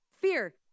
Fear